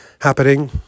happening